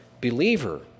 believer